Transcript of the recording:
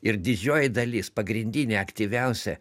ir didžioji dalis pagrindinė aktyviausia